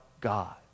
God